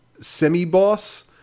semi-boss